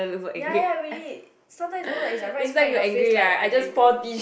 ya ya ya really sometime is know that right smack your face like I am angry